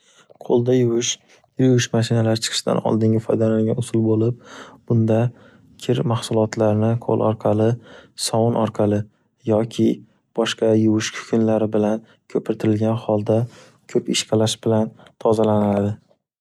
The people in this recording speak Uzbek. Qo'lda yuvish, kir yuvish mashinalari chiqishdan oldingi foydalanigan usul bo'lib, bunda kir mahsulotlarni qo'l orqali, sovun orqali yoki boshqa yuvish kukunlari bilan ko'pirtirilgan holda ko'p ishqalash bilan tozalanadi.